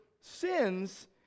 sins